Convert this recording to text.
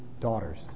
daughters